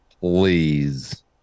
please